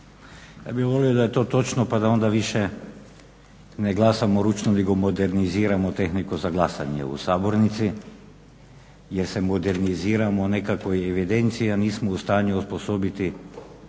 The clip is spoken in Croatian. Ja bih volio da je to točno, pa da onda više ne glasamo ručno nego moderniziramo tehniku za glasanje u sabornici jer se moderniziramo nekakvoj evidenciji, a nismo u stanju osposobiti